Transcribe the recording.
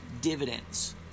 dividends